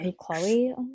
Chloe